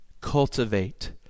cultivate